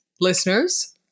listeners